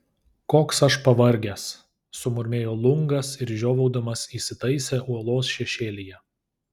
koks aš pavargęs sumurmėjo lungas ir žiovaudamas įsitaisė uolos šešėlyje